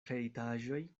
kreitaĵoj